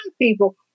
people